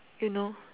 you know